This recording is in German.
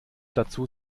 dazu